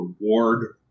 reward